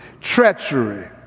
Treachery